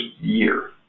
year